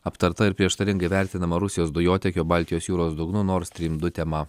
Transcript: aptarta ir prieštaringai vertinama rusijos dujotiekio baltijos jūros dugnu nord stream du tema